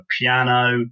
piano